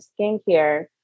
skincare